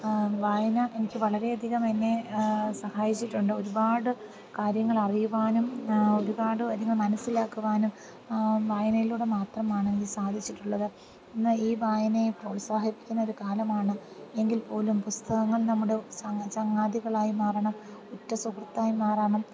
വായന എനിക്ക് വളരെ അധികം എന്നെ സഹായിച്ചിട്ടുണ്ട് ഒരുപാട് കാര്യങ്ങൾ അറിയുവാനും ഒരുപാട് കാര്യങ്ങൾ മനസ്സിലാക്കുവാനും വായനയിലൂടെ മാത്രമാണ് സാധിച്ചിട്ടുള്ളത് ഇന്ന് ഈ വായനയെ പ്രോത്സാഹിപ്പിക്കുന്ന ഒരു കാലമാണ് എങ്കിൽ പോലും പുസ്തകങ്ങൾ നമ്മുടെ ചങ്ങാതികളായി മാറണം ഉറ്റ സുഹൃത്തായി മാറണം